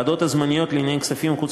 הוועדות הזמניות לענייני כספים ולענייני חוץ